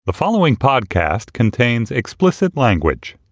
the following podcast contains explicit language